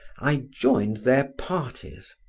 i joined their parties,